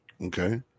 Okay